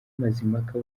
mazimpaka